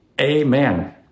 Amen